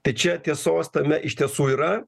tai čia tiesos tame iš tiesų yra